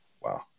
Wow